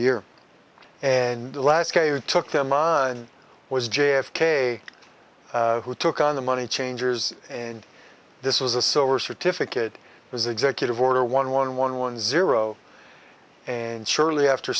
year and the last guy who took them on was j f k who took on the money changers and this was a silver certificate was executive order one one one one zero and shortly after